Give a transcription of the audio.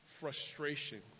frustration